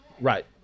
Right